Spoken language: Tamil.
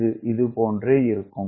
இது இதுபோன்றே இருக்கும்